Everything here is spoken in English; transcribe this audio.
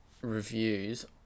reviews